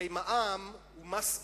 הרי מע"מ הוא מס עקיף,